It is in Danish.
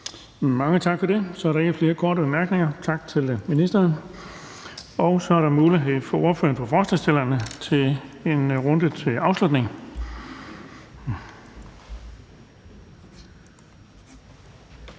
Mange tak for det. Så er der ikke flere korte bemærkninger. Tak til ministeren. Så er der mulighed for en runde mere til ordføreren